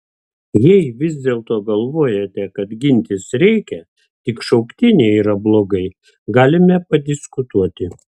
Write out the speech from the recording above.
jei vis dėlto galvojate kad gintis reikia tik šauktiniai yra blogai galime padiskutuoti